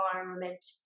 environment